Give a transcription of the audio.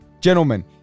Gentlemen